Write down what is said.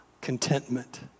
contentment